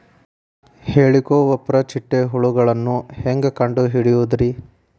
ಹೇಳಿಕೋವಪ್ರ ಚಿಟ್ಟೆ ಹುಳುಗಳನ್ನು ಹೆಂಗ್ ಕಂಡು ಹಿಡಿಯುದುರಿ?